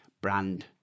brand